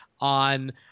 on